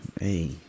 hey